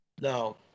No